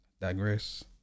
digress